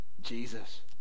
Jesus